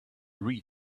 read